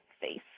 face